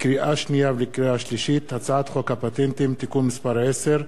לקריאה שנייה ולקריאה שלישית: הצעת חוק הפטנטים (תיקון מס' 10),